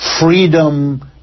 freedom